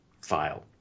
file